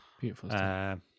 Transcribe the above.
Beautiful